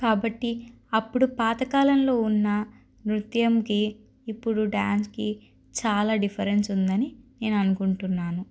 కాబట్టి అప్పుడు పాతకాలంలో ఉన్న నృత్యంకి ఇప్పుడు డ్యాన్స్కి చాలా డిఫరెన్స్ ఉందని నేను అనుకుంటున్నాను